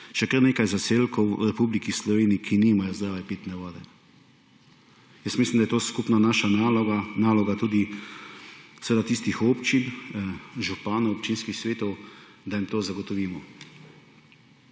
še kar nekaj zaselkov v Republiki Sloveniji, ki nimajo zdrave pitne vode. Mislim, da je tu naša naloga, naloga tudi tistih občin, županov, občinskih svetov, da jim to zagotovimo.